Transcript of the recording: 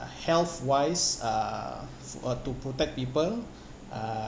health wise uh f~ uh to protect people uh